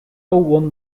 won